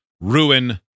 ruin